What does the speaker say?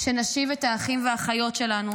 שנשיב את האחים והאחיות שלנו,